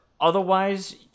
otherwise